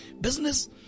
Business